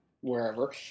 wherever